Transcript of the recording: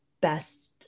best